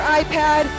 iPad